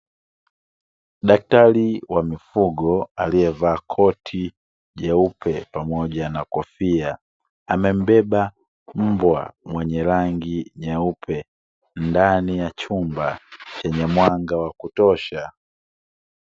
Daktari wa mifugo aliyevaa koti jeupe pamoja na kofia, amembeba mbwa mwenye rangi nyeupe ndani ya chumba chenye mwanga wa kutosha.